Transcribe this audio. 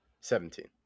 Seventeen